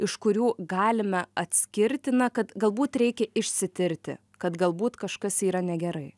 iš kurių galime atskirti na kad galbūt reikia išsitirti kad galbūt kažkas yra negerai